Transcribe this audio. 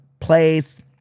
place